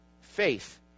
faith